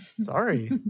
Sorry